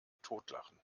totlachen